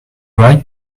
right